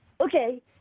Okay